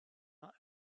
not